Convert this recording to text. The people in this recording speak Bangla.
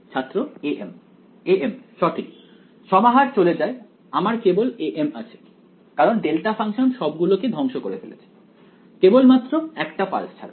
ছাত্র am am সঠিক সমাহার চলে যায় আমার কেবল am আছে কারণ ডেল্টা ফাংশন সবগুলোকে ধ্বংস করে ফেলেছে কেবলমাত্র একটা পালস ছাড়া